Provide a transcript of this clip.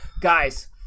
guys